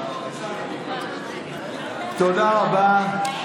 תודה רבה.